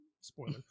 spoiler